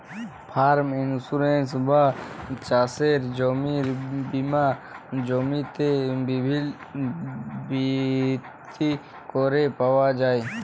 farm insurance বা চাসের জমির বীমা জমিতে ভিত্তি ক্যরে পাওয়া যায়